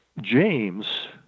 James